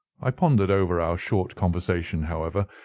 i pondered over our short conversation, however,